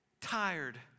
tired